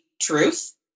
truth